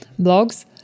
blogs